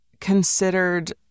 considered